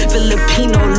Filipino